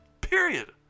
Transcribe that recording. Period